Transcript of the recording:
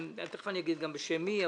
אני גם אגיד בשם מי,